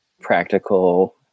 practical